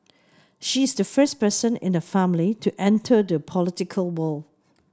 she is the first person in her family to enter the political world